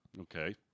Okay